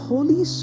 Holy